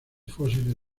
fósiles